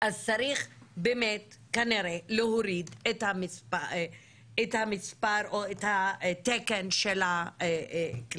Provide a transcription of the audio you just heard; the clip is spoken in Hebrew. אז צריך באמת כנראה להוריד את המספר או את התקן של הכליאה.